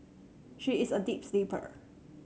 she is a deep sleeper